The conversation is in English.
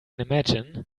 imagine